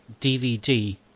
DVD